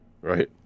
right